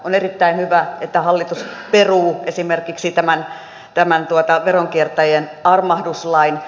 on erittäin hyvä että hallitus peruu esimerkiksi tämän veronkiertäjien armahduslain